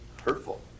hurtful